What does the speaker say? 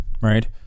right